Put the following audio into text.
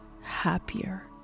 happier